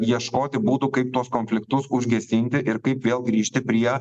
ieškoti būdų kaip tuos konfliktus užgesinti ir kaip vėl grįžti prie